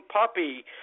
puppy